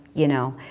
you know,